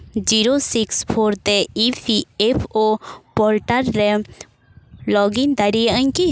zero six ᱛᱮ E P F O portal ᱨᱮ login ᱫᱟᱲᱮᱭᱟᱹᱜ ᱟᱹᱧ ᱠᱤ